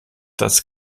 das